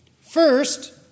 First